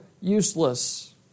useless